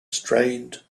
strained